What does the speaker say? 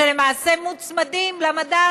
שלמעשה מוצמדים למדד,